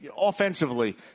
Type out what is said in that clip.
offensively